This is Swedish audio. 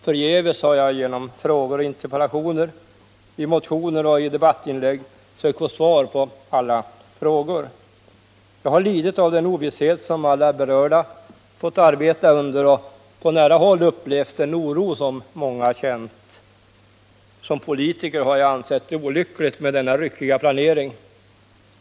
Förgäves har jag genom frågor och interpellationer, i motioner och debattinlägg sökt få svar på alla frågor. Jag har lidit av den ovisshet som alla berörda fått arbeta under och på nära håll upplevt den oro som många känt. Som politiker har jag ansett det olyckligt med denna ryckiga planering.